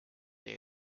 day